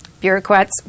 bureaucrats